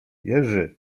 jerzy